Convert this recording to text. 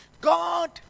God